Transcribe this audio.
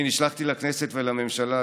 אני נשלחתי לכנסת ולממשלה,